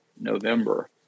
november